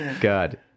God